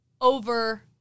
over